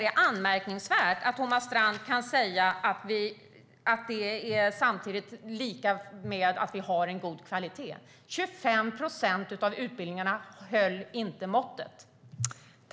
Det är anmärkningsvärt att Thomas Strand då kan säga att detta är detsamma som att utbildningarna håller god kvalitet. 25 procent av utbildningarna håller inte måttet.